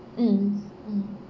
mm mm